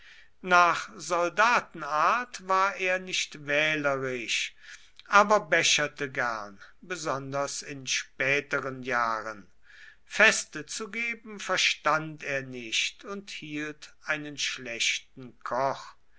nach soldatenart war er nicht wählerisch aber becherte gern besonders in späteren jahren feste zu geben verstand er nicht und hielt einen schlechten koch